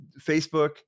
Facebook